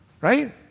right